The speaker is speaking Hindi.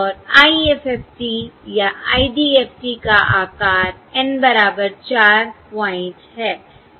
और IFFT या IDFT का आकार N बराबर 4 प्वाइंट है